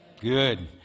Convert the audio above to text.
Good